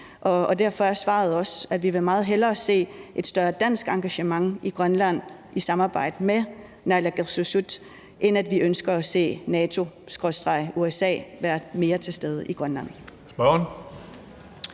Derfor er svaret også, at vi meget hellere vil se et større dansk engagement i Grønland i samarbejde med naalakkersuisut, end vi ønsker at se NATO skråstreg USA være mere til stede i Grønland.